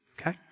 Okay